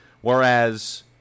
Whereas